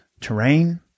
Terrain